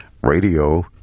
Radio